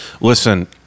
listen